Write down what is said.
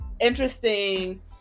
interesting